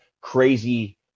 crazy